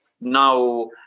Now